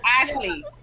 Ashley